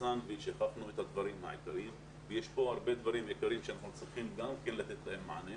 יש כאן הרבה דברים עיקריים שאנחנו צריכים לתת להם מענה.